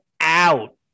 out